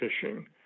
fishing